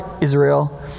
Israel